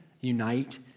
unite